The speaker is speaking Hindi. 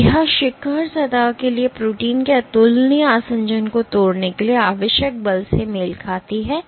तो यह शिखर सतह के लिए प्रोटीन के अतुलनीय आसंजन को तोड़ने के लिए आवश्यक बल से मेल खाती है